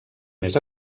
més